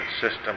system